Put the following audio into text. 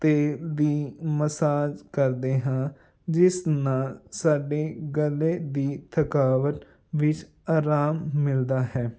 ਅਤੇ ਵੀ ਮਸਾਜ ਕਰਦੇ ਹਾਂ ਜਿਸ ਨਾਲ ਸਾਡੇ ਗਲੇ ਦੀ ਥਕਾਵਟ ਵਿੱਚ ਆਰਾਮ ਮਿਲਦਾ ਹੈ